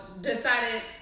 decided